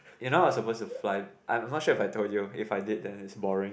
you know I suppose to fly I'm not sure if I have told you if I've did then is boring